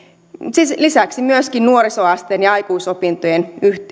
lisäksi myöskin nuorisoasteen ja aikuisopintojen